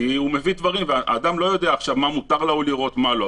כי האדם לא יודע מה מותר לצד השני לראות ומה לא,